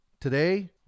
Today